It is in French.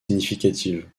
significatives